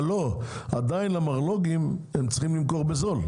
אבל עדיין למרלו"גים הם צריכים למכור בזול,